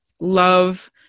love